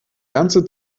ganze